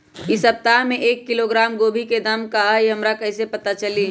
इ सप्ताह में एक किलोग्राम गोभी के दाम का हई हमरा कईसे पता चली?